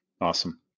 Awesome